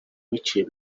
biciye